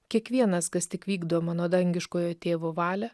kiekvienas kas tik vykdo mano dangiškojo tėvo valią